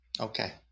Okay